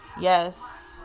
Yes